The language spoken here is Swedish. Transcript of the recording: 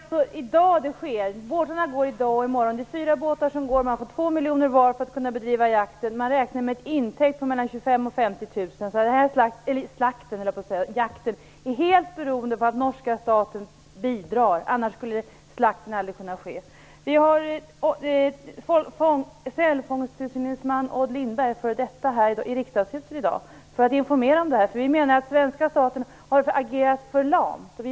Herr talman! Det är alltså i dag det sker. Båtarna går i dag och i morgon. Det är fyra båtar som går. De får 2 miljoner var för att kunna bedriva jakten. Man räknar med en intäkt på 25 000-50 000 kr. Den här jakten är helt beroende av att norska staten bidrar, utan det skulle jakten, eller slakten, inte kunna ske. Vi har f.d. sälfångsttillsyningsman Odd Lindberg här i riksdagshuset för att informera om detta. Vi anser att svenska staten har agerat för lamt.